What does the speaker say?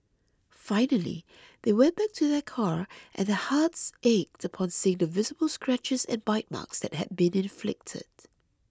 finally they went back to their car and their hearts ached upon seeing the visible scratches and bite marks that had been inflicted